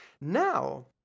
Now